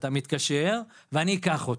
שאתה מתקשר ואני אקח אותך.